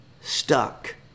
stuck